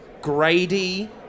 Grady